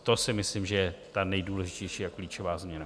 To si myslím, že je ta nejdůležitější a klíčová změna.